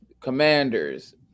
Commanders